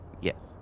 Yes